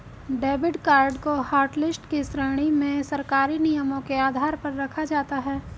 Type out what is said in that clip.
debit card को hotlist की श्रेणी में सरकारी नियमों के आधार पर रखा जाता है